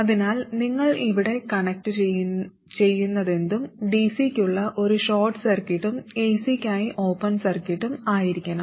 അതിനാൽ നിങ്ങൾ ഇവിടെ കണക്റ്റുചെയ്യുന്നതെന്തും dc യ്ക്കുള്ള ഒരു ഷോർട്ട് സർക്യൂട്ടും ac യ്ക്കായി ഓപ്പൺ സർക്യൂട്ടും ആയിരിക്കണം